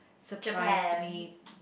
surprised me